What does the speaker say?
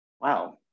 wow